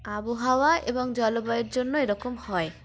আবহাওয়া এবং জলবায়ুর জন্য এরকম হয়